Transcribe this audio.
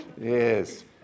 Yes